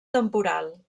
temporal